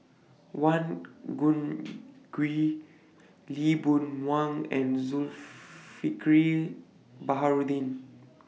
Wang Lee Boon Wang and Baharudin